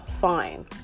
fine